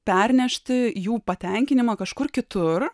pernešti jų patenkinimą kažkur kitur